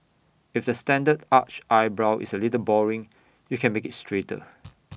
if the standard arched eyebrow is A little boring you can make IT straighter